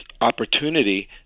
opportunity